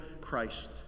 Christ